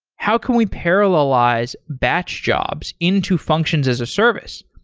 how can we parallelize batch jobs into functions as a service?